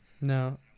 No